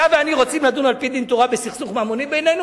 אתה ואני רוצים לדון על-פי דין תורה בסכסוך ממוני בינינו,